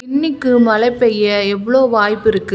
இன்னைக்கு மழை பெய்ய எவ்வளோ வாய்ப்பு இருக்குது